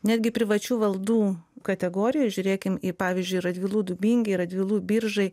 netgi privačių valdų kategoriją žiūrėkim į pavyzdžiui radvilų dubingiai radvilų biržai